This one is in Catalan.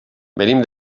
venim